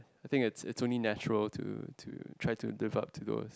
I think it's it's only natural to to try to live up to those